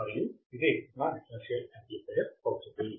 మరియు ఇదే నా డిఫరెన్షియల్ యాంప్లిఫైయర్ అవుతుంది